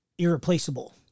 Irreplaceable